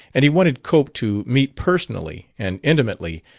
and he wanted cope to meet personally and intimately,